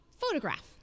photograph